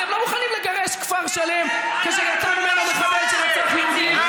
אתם לא מוכנים לגרש כפר שלם כאשר יצא ממנו מחבל שרצח יהודים.